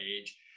age